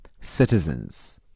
citizens